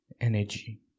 energy